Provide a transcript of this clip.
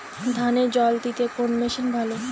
ধানে জল দিতে কোন মেশিন ভালো?